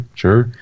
sure